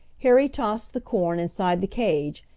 harry tossed the corn inside the cage,